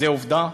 ועובדה,